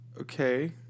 Okay